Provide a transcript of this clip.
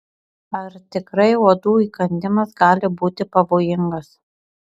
ar tikrai uodų įkandimas gali būti pavojingas